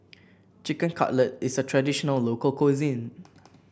Chicken Cutlet is a traditional local cuisine